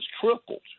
tripled